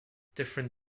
different